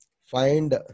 find